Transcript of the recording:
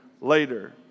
later